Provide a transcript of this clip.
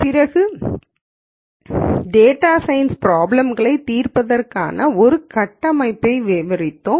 அதன் பிறகு data science problem களைத் தீர்ப்பதற்கான ஒரு கட்டமைப்பை விவரித்தோம்